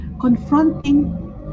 confronting